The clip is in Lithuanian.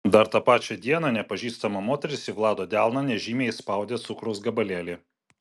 dar tą pačią dieną nepažįstama moteris į vlado delną nežymiai įspaudė cukraus gabalėlį